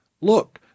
look